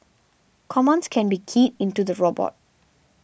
commands can be keyed into the robot